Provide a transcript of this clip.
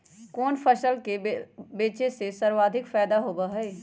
कोन फसल के बेचे से सर्वाधिक फायदा होबा हई?